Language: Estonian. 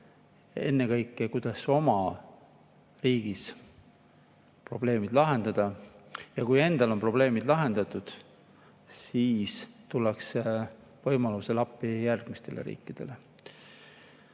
ennekõike, kuidas oma riigis probleeme lahendada, ja kui endal on probleemid lahendatud, alles siis tullakse võimaluse korral appi teistele riikidele.